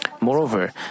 Moreover